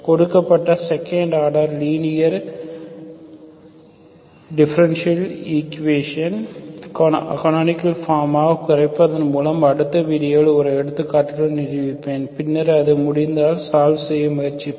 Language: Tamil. கொடுக்கப்பட்ட second order linear partial differential equation canonical form ஆக குறைப்பதன் மூலம் அடுத்த வீடியோவில் ஒரு எடுத்துக்காட்டுடன் நிரூபிப்பேன் பின்னர் அது முடிந்தால் சால்வ் செய்ய முயற்சிப்போம்